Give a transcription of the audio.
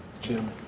Jim